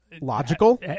Logical